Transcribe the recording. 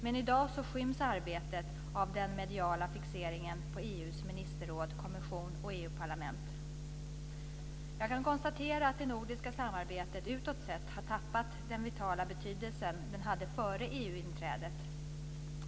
I dag skyms arbetet av den mediala fixeringen på EU:s ministerråd, kommissionen och parlamentet. Jag kan konstatera att det nordiska samarbetet utåt sett har tappat den vitala betydelse det hade före EU-inträdet.